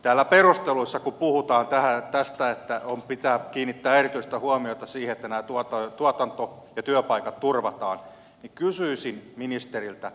täällä perusteluissa kun puhutaan tästä että pitää kiinnittää erityistä huomiota siihen että nämä tuotanto ja työpaikat turvataan niin kysyisin ministeriltä